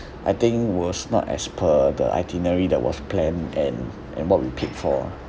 I think was not as per the itinerary that was planned and and what we paid for